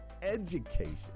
education